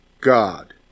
God